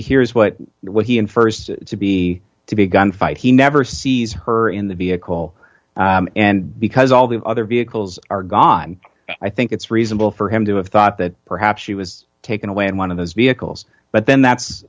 hears what what he and st to be to be a gun fight he never sees her in the vehicle and because all the other vehicles are gone i think it's reasonable for him to have thought that perhaps she was taken away in one of those vehicles but then that's